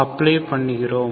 apply பண்ணுகிறோம்